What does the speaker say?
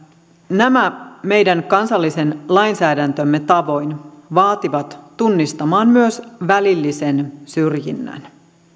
nämä meidän kansallisen lainsäädäntömme tavoin vaativat tunnistamaan myös välillisen syrjinnän